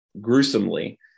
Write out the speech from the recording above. gruesomely